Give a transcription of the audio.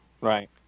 Right